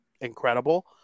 incredible